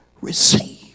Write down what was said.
receive